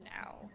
now